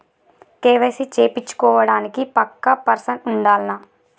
KYC చేపిచ్చుకోవడానికి పక్కా person ఉండాల్నా?